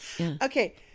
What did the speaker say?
Okay